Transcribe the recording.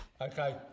Okay